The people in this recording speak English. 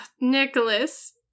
Nicholas